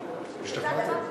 דבר שחייב,